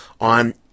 on